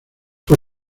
por